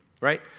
right